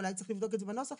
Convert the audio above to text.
אולי צריך לבדוק את זה בנוסח.